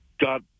got